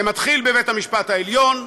זה מתחיל בבית המשפט העליון,